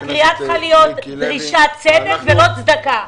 הקריאה צריכה להיות דרישת צדק ולא צדקה.